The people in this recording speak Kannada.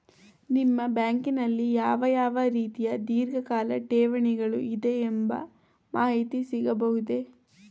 ನಿಮ್ಮ ಬ್ಯಾಂಕಿನಲ್ಲಿ ಯಾವ ಯಾವ ರೀತಿಯ ಧೀರ್ಘಕಾಲ ಠೇವಣಿಗಳು ಇದೆ ಎಂಬ ಮಾಹಿತಿ ಸಿಗಬಹುದೇ?